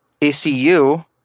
ACU